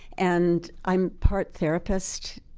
and i! m part therapist.